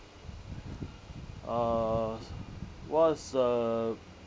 uh s~ what's a